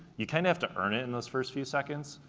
you kind of have to earn it in those first few seconds,